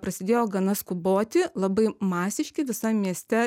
prasidėjo gana skuboti labai masiški visam mieste